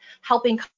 helping